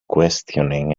questioning